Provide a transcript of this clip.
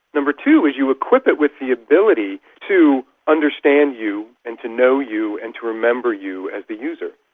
number two is you equip it with the ability to understand you and to know you and to remember you as the user.